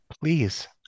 Please